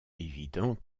évident